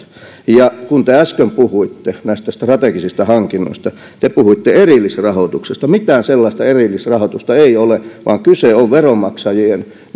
kun te äsken puhuitte näistä strategisista hankinnoista te puhuitte erillisrahoituksesta mitään sellaista erillisrahoitusta ei ole vaan kyse on veronmaksajien